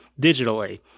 digitally